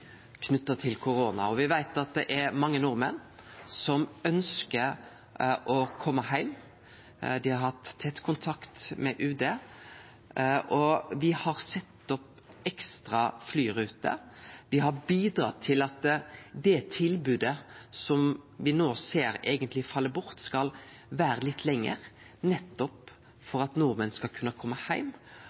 knytt til korona, og me veit at det er mange nordmenn som ønskjer å kome heim. Dei har hatt tett kontakt med UD, og me har sett opp ekstra flyruter. Me har bidrege til at det tilbodet som me no ser eigentleg fell bort, skal vere litt lenger, nettopp for at nordmenn skal kunne kome heim,